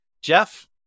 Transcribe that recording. Jeff